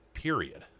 period